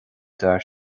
d’fhear